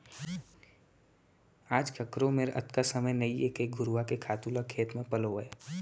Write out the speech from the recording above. आज काकरो मेर अतका समय नइये के घुरूवा के खातू ल खेत म पलोवय